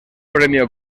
premio